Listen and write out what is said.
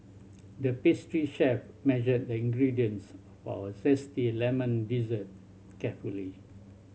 the pastry chef measured the ingredients for a zesty lemon dessert carefully